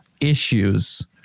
issues